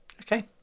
Okay